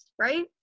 right